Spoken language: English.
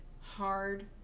hard